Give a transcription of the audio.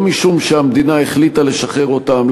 לא משום שהמדינה החליטה לשחרר אותם,